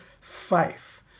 faith